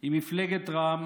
עם מפלגת רע"מ